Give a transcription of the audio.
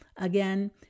Again